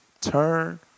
turn